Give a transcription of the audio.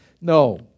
No